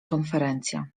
konferencja